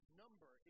number